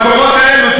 במקומות האלו.